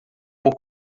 por